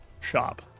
shop